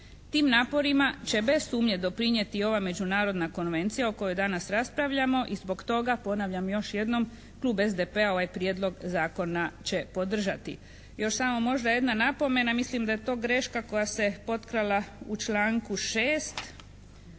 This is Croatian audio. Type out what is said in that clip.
Tim naporima će bez sumnje doprinijeti i ova Međunarodna konvencija o kojoj danas raspravljamo i zbog toga ponavljam još jednom klub SDP-a ovaj Prijedlog zakona će podržati. Još samo možda jedna napomena, mislim da je to greška koja se potkrala u članku 6.